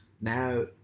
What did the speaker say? now